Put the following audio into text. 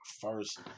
first